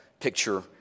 picture